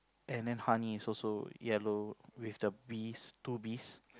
and then honey is also yellow with the bees two bees